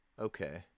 Okay